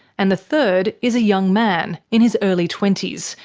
and the third is a young man in his early twenty s,